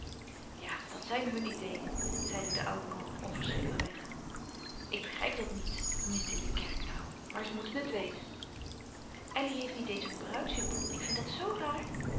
ja dat zijn hun ideeën zeide de oude man onverschillig weg ik begrijp dat niet niet in de kerk trouwen maar ze moeten het weten elly heeft niet eens een bruidsjapon ik vind dat zoo raar